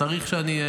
צריך שאני,